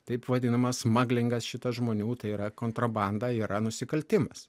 taip vadinamas maglingas šitas žmonių tai yra kontrabanda yra nusikaltimas